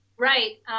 Right